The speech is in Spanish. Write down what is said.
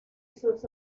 sus